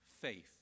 faith